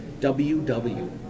WW